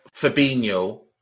Fabinho